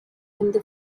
hindu